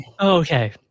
okay